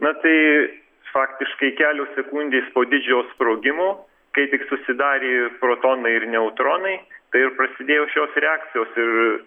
na tai faktiškai kelios sekundės po didžiojo sprogimo kai tik susidarė protonai ir neutronai tai ir prasidėjusios reakcijos ir